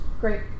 great